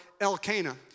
Elkanah